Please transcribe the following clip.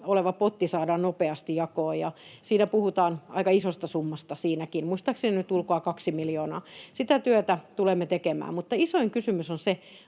oleva potti saadaan nopeasti jakoon, ja siinäkin puhutaan aika isosta summasta, muistaakseni nyt ulkoa kaksi miljoonaa. Sitä työtä tulemme tekemään. Mutta isoin kysymys on se,